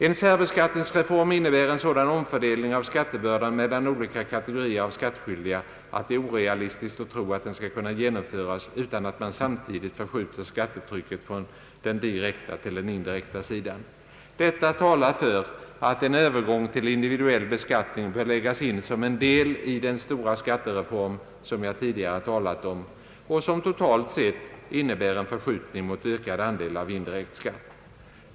En särbeskattningsreform innebär en sådan omfördelning av skattebördan mellan olika kategorier av skattskyldiga att det är orealistiskt att tro, att den skall kunna genomföras utan att man samtidigt förskjuter skattetrycket från den direkta till den indirekta sidan. Detta talar för att en övergång till individuell beskattning bör läggas in som en del i den stora skattereform som jag tidigare talat om och som totalt sett innebär en förskjutning mot ökad andel av indirekt skatt.